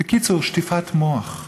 בקיצור, שטיפת מוח.